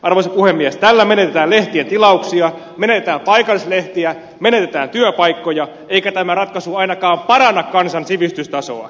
tällä menetetään lehtien tilauksia menetetään paikallislehtiä menetetään työpaikkoja eikä tämä ratkaisu ainakaan paranna kansan sivistystasoa